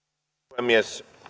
puhemies